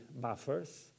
buffers